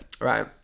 right